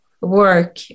work